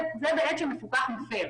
זה בעת שמפוקח מפר.